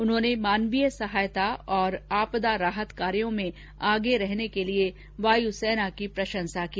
उन्होंने मानवीय सहायता और आपदा राहत कार्यों में आगे रहने के लिए वायुसेना की प्रशंसा की